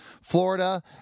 Florida